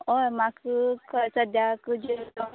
हय म्हाका सद्याक जेवण